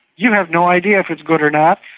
you have no idea if it's good or not,